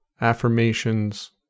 affirmations